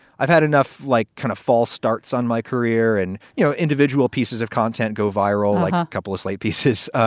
i've had enough like kind of false starts on my career and, you know, individual pieces of content go viral like a couple of slate pieces,